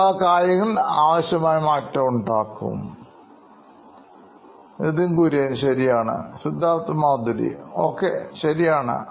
ഈ വക കാര്യങ്ങൾആവശ്യമായ മാറ്റം ഉണ്ടാകും Nithin Kurian COO Knoin Electronics ശരിയാണ് Siddharth Maturi CEO Knoin Electronics ഒക്കെ ശരിയാണ്